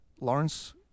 Lawrence